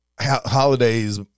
holidays